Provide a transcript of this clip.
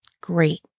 Great